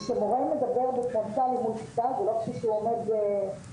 כשמורה מדבר פרונטלית מול כיתה זה לא כפי שהוא מלמד בזום.